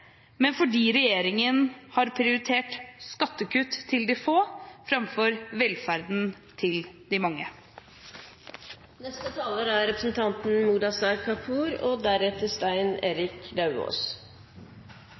men fordi regjeringen har prioritert skattekutt til de få framfor velferden til de mange. I denne proposisjonen fortsetter regjeringen med sine gode og